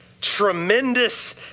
tremendous